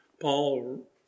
Paul